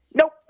Nope